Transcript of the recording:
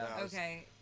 Okay